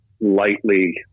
lightly